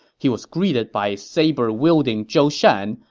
he was greeted by a saber-wielding zhou shan,